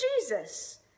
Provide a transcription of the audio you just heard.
Jesus